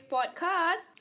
Podcast